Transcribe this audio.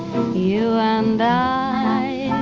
you and i